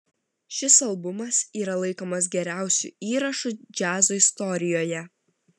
šis albumas yra laikomas geriausiu įrašu džiazo istorijoje